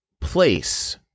place